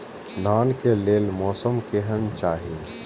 धान के लेल मौसम केहन चाहि?